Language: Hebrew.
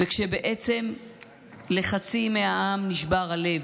כשבעצם לחצי מהעם נשבר הלב.